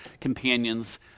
companions